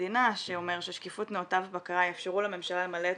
המדינה שאומר ששקיפות נאותה ובקרה יאפשרו לממשלה למלא את